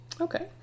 Okay